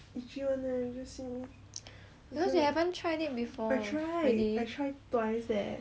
because you haven't tried it before really